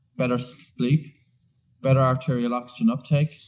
better sleep better arterial oxygen uptake,